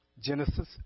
Genesis